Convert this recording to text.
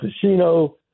Casino